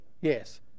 yes